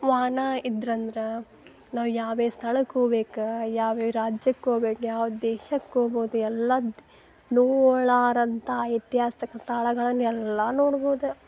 ವಾಹನ ಇದ್ರೆ ಅಂದ್ರೆ ನಾವು ಯಾವುದೇ ಸ್ಥಳಕ್ ಹೋಗ್ಬೇಕು ಯಾವ್ಯಾವ ರಾಜ್ಯಕ್ಕೆ ಹೋಗ್ಬೇಕು ಯಾವ ದೇಶಕ್ಕೆ ಹೋಗ್ಬೋದು ಎಲ್ಲ ನೋಡ್ಲಾರಂಥ ಐತಿಹಾಸಿಕ ಸ್ಥಳಗಳನ್ನು ಎಲ್ಲ ನೋಡ್ಬೋದು